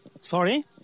Sorry